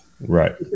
right